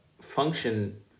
function